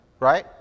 Right